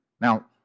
Now